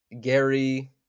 Gary